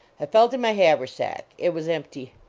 i felt in my haversack. it was empty.